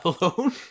alone